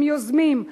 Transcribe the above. הם יוזמים,